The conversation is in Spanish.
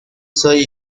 soy